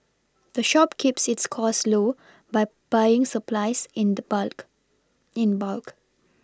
the shop keeps its cost low by buying supplies in the bulk in bulk